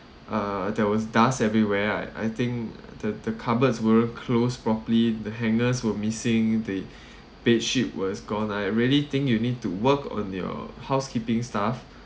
uh there was dust everywhere I I think the the cupboards weren't closed properly the hangers were missing the bedsheet was gone I really think you need to work on your housekeeping staff